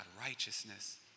righteousness